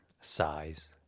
Size